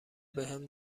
بهم